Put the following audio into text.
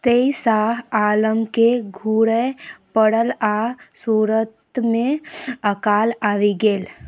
तेँ शाह आलमकेँ घुरए पड़ल आ सूरतमे अकाल आबि गेल